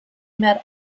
met